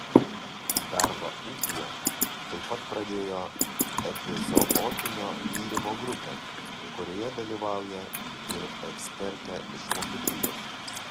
darbą ūkyje taip pat pradėjo epizootinio tyrimo grupė kurioje dalyvauja ir ekspertė iš vokietijos